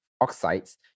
oxides